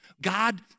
God